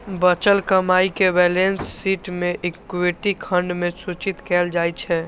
बचल कमाइ कें बैलेंस शीट मे इक्विटी खंड मे सूचित कैल जाइ छै